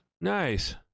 Nice